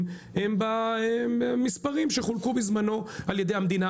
הם במספרים שחולקו בזמנו על ידי המדינה.